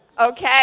Okay